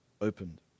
opened